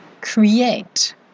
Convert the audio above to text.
Create